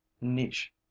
niche